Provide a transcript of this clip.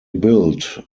build